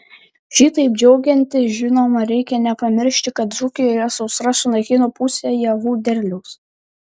šitaip džiaugiantis žinoma reikia nepamiršti kad dzūkijoje sausra sunaikino pusę javų derliaus